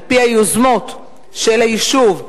על-פי היוזמות של היישוב.